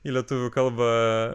į lietuvių kalbą